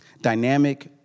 dynamic